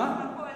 לקואליציה.